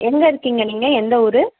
எங்கே இருக்கீங்க நீங்கள் எந்த ஊர்